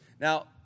now